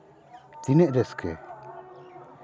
ᱛᱤᱱᱟᱹᱜ ᱨᱟᱹᱥᱠᱟᱹ